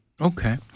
Okay